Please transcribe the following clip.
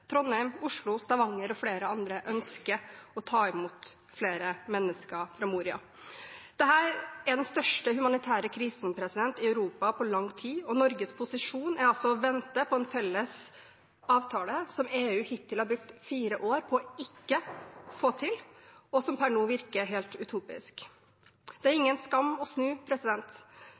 Trondheim, Oslo, Stavanger og flere andre ønsker å ta imot flere mennesker fra Moria. Dette er den største humanitære krisen i Europa på lang tid, og Norges posisjon er altså å vente på en felles avtale som EU hittil har brukt fire år på ikke å få til, og som per nå virker helt utopisk. Det er ingen skam å snu.